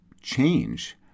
change